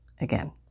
Again